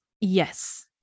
Yes